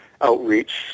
outreach